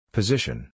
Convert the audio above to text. Position